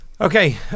Okay